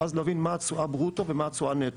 ואז להבין מה התשואה ברוטו ומה התשואה נטו?